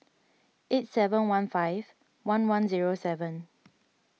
eight seven one five one one zero seven